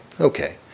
Okay